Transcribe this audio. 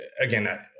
again